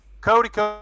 Cody